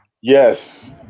Yes